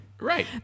Right